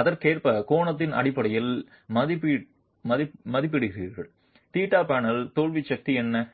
அதற்கேற்ப கோணத்தின் அடிப்படையில் மதிப்பிடுகிறீர்கள் தீட்டா பேனலின் தோல்வி சக்தி என்ன